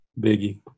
Biggie